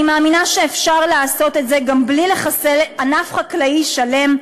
אני מאמינה שאפשר לעשות את זה גם בלי לחסל ענף חקלאי שלם,